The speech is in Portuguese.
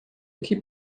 que